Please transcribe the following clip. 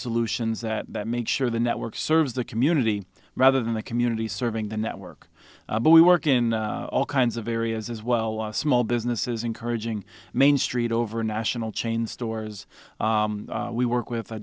solutions that make sure the network serves the community rather than the community serving the network but we work in all kinds of areas as well small businesses encouraging main street over a national chain stores we work with